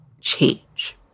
change